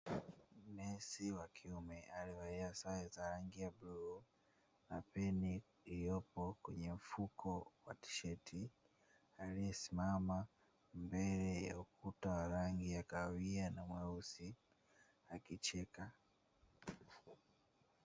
Nesi wa kiume alyievalia sare za rangi ya bluu na peni iliyopo kwenye mfuko wa tisheti, aliyesimama mbele ya ukuta wa rangi ya kahawia na nyeusi akicheka.